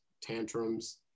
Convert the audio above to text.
tantrums